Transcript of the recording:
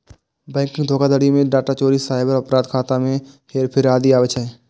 banking धोखाधड़ी मे data चोरी, साइबर अपराध, खाता मे हेरफेर आदि आबै छै